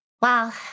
Wow